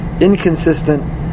inconsistent